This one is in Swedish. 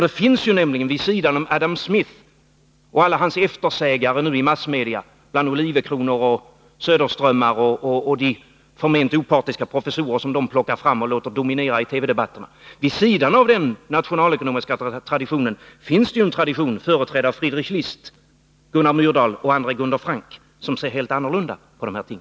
Det finns nämligen vid sidan av den nationalekonomiska traditionen, representerad av Adam Smith och alla hans eftersägare i massmedia, bland Olivecronor och Söderströmar samt förment opartiska professorer som de plockar fram och låter dominera i TV-debatten, också en tradition företrädd av Friedrich List, Gunnar Myrdal och Andre Gunder Frank, som ser helt annorlunda på dessa ting.